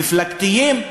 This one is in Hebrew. מפלגתיים,